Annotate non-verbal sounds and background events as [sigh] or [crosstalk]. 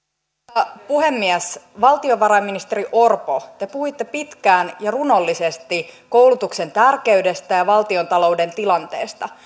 arvoisa puhemies valtiovarainministeri orpo te puhuitte pitkään ja runollisesti koulutuksen tärkeydestä ja valtiontalouden tilanteesta [unintelligible]